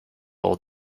old